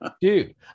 dude